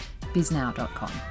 biznow.com